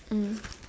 mm